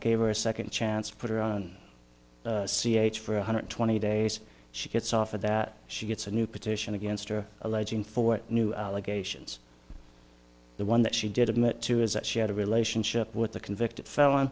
gave her a second chance put her on c h for one hundred twenty days she gets off of that she gets a new petition against her alleging four new allegations the one that she did admit to is that she had a relationship with a convicted felon